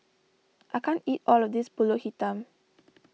I can't eat all of this Pulut Hitam